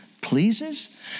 pleases